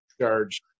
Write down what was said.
charge